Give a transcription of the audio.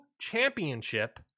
championship